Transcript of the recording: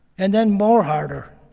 and then more harder.